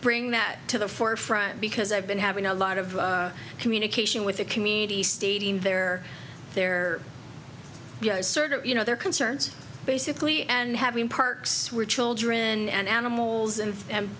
bring that to the forefront because i've been having a lot of communication with the community stating there there is certain you know their concerns basically and having parks where children and animals and